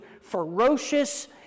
ferocious